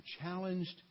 challenged